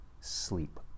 sleep